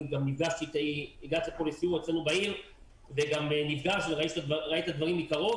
גם נפגשתי אתך אצלנו בעיר וראית את הדברים מקרוב